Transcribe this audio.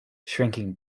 shrinking